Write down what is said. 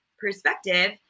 perspective